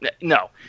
No